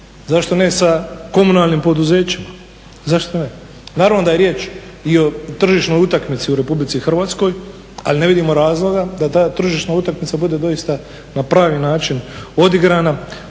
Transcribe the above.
zašto ne sa komunalnim poduzećima, zašto ne? Naravno da je riječ i o tržišnoj utakmici u Republici Hrvatskoj, ali ne vidimo razloga da ta tržišna utakmica bude doista na pravi način odigrana